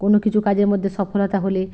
কোনো কিছু কাজের মধ্যে সফলতা হলে